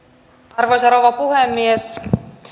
arvoisa rouva puhemies